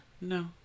no